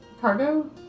cargo